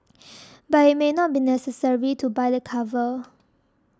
but it may not be necessary to buy the cover